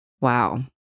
Wow